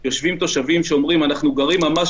יושבים תושבים שאומרים שהם גרים ממש